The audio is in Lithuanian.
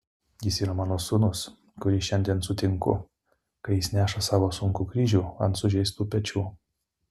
jis yra mano sūnus kurį šiandien sutinku kai jis neša savo sunkų kryžių ant sužeistų pečių